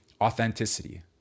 authenticity